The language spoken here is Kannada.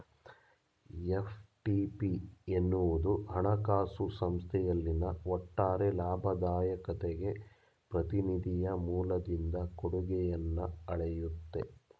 ಎಫ್.ಟಿ.ಪಿ ಎನ್ನುವುದು ಹಣಕಾಸು ಸಂಸ್ಥೆಯಲ್ಲಿನ ಒಟ್ಟಾರೆ ಲಾಭದಾಯಕತೆಗೆ ಪ್ರತಿನಿಧಿಯ ಮೂಲದಿಂದ ಕೊಡುಗೆಯನ್ನ ಅಳೆಯುತ್ತೆ